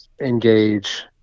engage